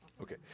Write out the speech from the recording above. okay